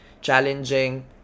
challenging